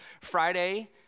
Friday